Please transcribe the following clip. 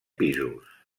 pisos